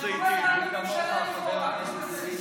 אתה רוצה לדבר עם חבר הכנסת אמסלם?